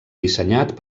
dissenyat